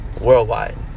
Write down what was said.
worldwide